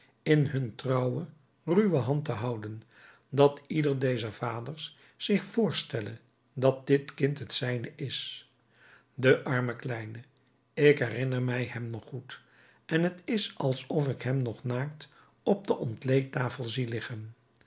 in hun trouwe ruwe hand te houden dat ieder dezer vaders zich voorstelle dat dit kind het zijne is de arme kleine ik herinner mij hem nog goed en t is alsof ik hem nog naakt op de ontleedtafel zie liggen